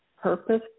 purpose